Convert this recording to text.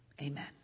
Amen